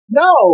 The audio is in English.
no